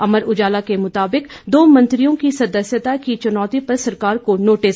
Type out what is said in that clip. अमर उजाला के मुताबिक दो मंत्रियों की सदस्यता की चुनौति पर सरकार को नोटिस